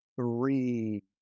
three